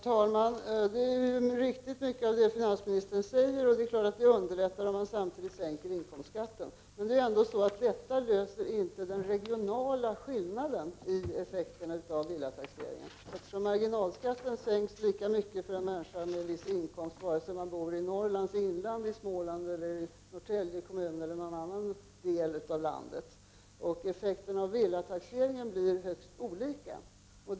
Herr talman! Mycket av det som finansministern säger är riktigt. Det är klart att att det underlättar om man samtidigt sänker inkomstskatten. Men detta löser inte den regionala skillnaden i effekterna av villataxeringen. Marginalskatten sänks lika mycket för en människa med en viss inkomst vare sig hon bor i Norrlands inland, Småland, Norrtälje kommun eller någon annan del av landet. Effekterna av villataxeringen blir mycket olika.